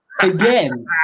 Again